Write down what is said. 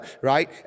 right